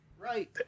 right